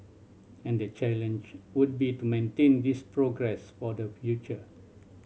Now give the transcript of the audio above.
and the challenge would be to maintain this progress for the future